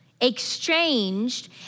exchanged